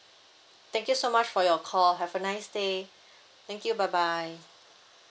thank you so much for your call have a nice day thank you bye bye